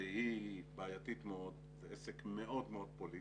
שהיא בעייתית מאוד, זה עסק מאוד מאוד פוליטי.